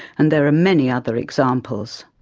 and there are many other examples.